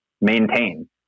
maintain